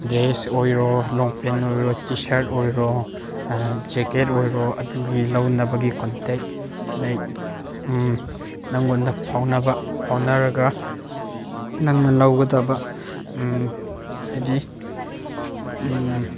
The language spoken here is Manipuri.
ꯗ꯭ꯔꯦꯁ ꯑꯣꯏꯔꯣ ꯂꯣꯡ ꯄꯦꯟ ꯑꯣꯏꯔꯣ ꯇꯤ ꯁꯥꯔꯠ ꯑꯣꯏꯔꯣ ꯖꯦꯛꯀꯦꯠ ꯑꯣꯏꯔꯣ ꯑꯗꯨꯒꯤ ꯂꯧꯅꯕꯒꯤ ꯀꯣꯟꯇꯦꯛ ꯂꯥꯏꯛ ꯅꯉꯣꯟꯗ ꯐꯥꯎꯅꯕ ꯐꯥꯎꯅꯔꯒ ꯅꯪꯅ ꯂꯧꯒꯗꯕ ꯍꯥꯏꯗꯤ